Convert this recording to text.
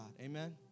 Amen